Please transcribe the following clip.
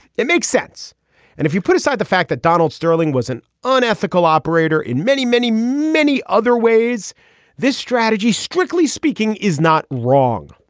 it makes sense and if you put aside the fact that donald sterling was an unethical operator in many many many other ways this strategy strictly speaking is not wrong.